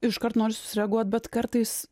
iškart norisi sureaguot bet kartais